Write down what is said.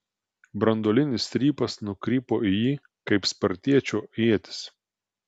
branduolinis strypas nukrypo į jį kaip spartiečio ietis